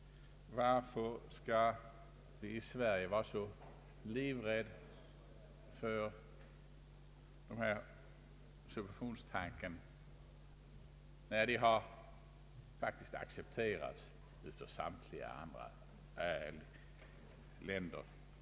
Varför skall vi i Sverige vara så livrädda för subventionstanken, när den faktiskt har accepterats av samtliga andra länder?